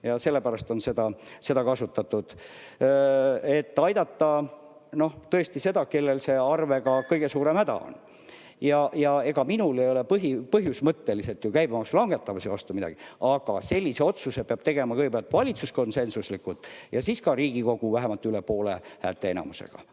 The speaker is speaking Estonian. Ja sellepärast on seda kasutatud, et aidata tõesti neid, kellel arvega kõige suurem häda on. Minul ei ole põhimõtteliselt käibemaksu langetamise vastu midagi, aga sellise otsuse peab tegema kõigepealt valitsus konsensuslikult ja siis ka Riigikogu vähemalt häälteenamusega.